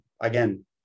again